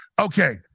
Okay